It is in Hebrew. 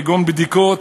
כגון בדיקות,